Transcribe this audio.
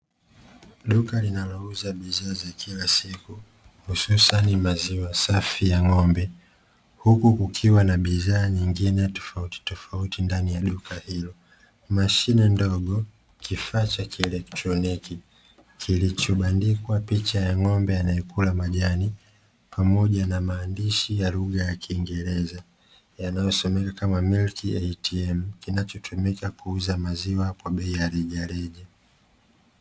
Duka linalouza bidhaa za kila siku hususani maziwa safi ya ng'ombe huku kukiwa na bidhaa nyingine tofautitofauti ndani ya duka hilo; mashine ndogo, kifaa cha kielectroniki kilichobandikwa picha ya ng'ombe anayekula majani pamoja na maandishi ya lugha ya kiingereza yanayosomeka kama "Milk ATM" kinachotumika kuuza maziwa kwa bei ya rejareja.